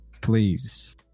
please